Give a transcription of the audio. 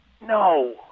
No